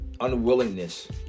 unwillingness